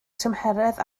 tymheredd